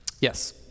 Yes